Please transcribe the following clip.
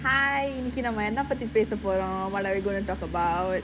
hi இன்னிக்கி நம்ம என்ன பத்தி பேச போறோம்:iniki namma enna pathi pesa porom what are we going to talk about